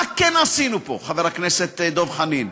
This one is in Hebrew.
מה כן עשינו פה, חבר הכנסת דב חנין?